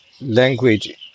language